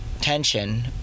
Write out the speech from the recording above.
tension